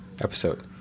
episode